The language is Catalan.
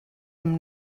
amb